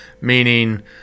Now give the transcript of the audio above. meaning